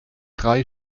drei